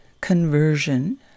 conversion